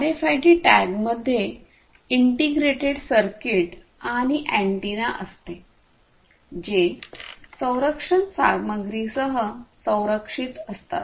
RFID टॅगमध्ये integrated circuit आणि antenna असते जे संरक्षक सामग्रीसह संरक्षित असतात